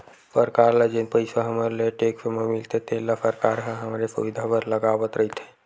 सरकार ल जेन पइसा हमर ले टेक्स म मिलथे तेन ल सरकार ह हमरे सुबिधा बर लगावत रइथे